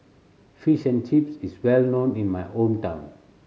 Fish and Chips is well known in my hometown